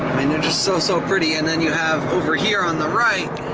i mean, they're just so, so pretty, and then you have, over here on the right,